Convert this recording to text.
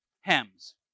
hems